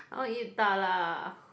I want to eat 大辣